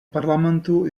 parlamentu